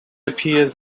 appears